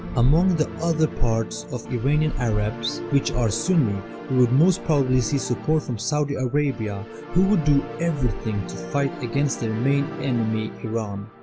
among the other parts of iranian iranian arabs which are sunni with most policy support from saudi arabia who would do everything to fight against their main enemy iran.